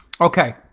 Okay